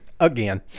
Again